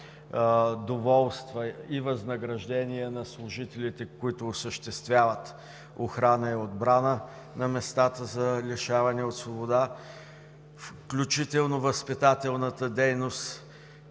доволства и възнаграждения на служителите, които осъществяват охрана и отбрана на местата за лишаване от свобода, а и възпитателната дейност,